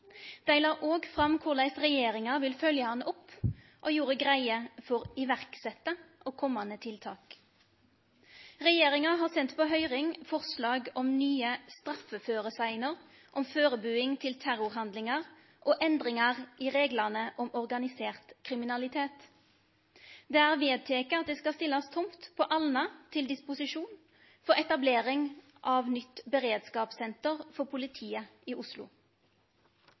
Dei la òg fram korleis regjeringa vil følgje han opp og gjorde greie for tiltak som er sette i verk og kommande tiltak. Regjeringa har sendt på høyring forslag om nye straffeføresegner om førebuing til terrorhandlingar og endringar i reglane om organisert kriminalitet. Det er vedteke at det skal stillast tomt på Alna